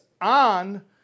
on